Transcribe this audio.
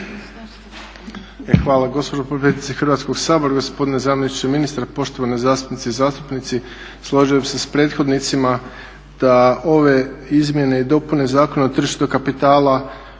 hvala gospođo potpredsjednice Hrvatskog sabora, gospodine zamjeniče ministra, poštovane zastupnice i zastupnici. Složio bih se s prethodnicima da ove izmjene i dopune Zakona o tržištu kapitala